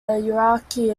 iraqi